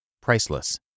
priceless